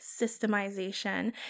systemization